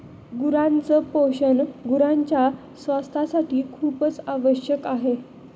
गुरांच पोषण गुरांच्या स्वास्थासाठी खूपच आवश्यक आहे